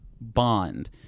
Bond